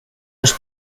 los